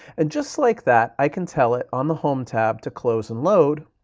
and just like that, i can tell it on the home tab to close and load